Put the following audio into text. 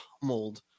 pummeled